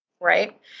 right